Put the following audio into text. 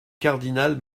cardinal